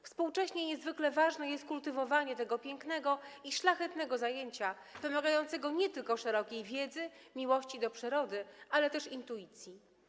Współcześnie niezwykle ważne jest kultywowanie tego pięknego i szlachetnego zajęcia wymagającego nie tylko szerokiej wiedzy, miłości do przyrody, ale też intuicji.